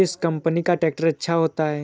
किस कंपनी का ट्रैक्टर अच्छा होता है?